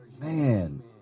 man